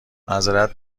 معذرت